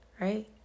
Right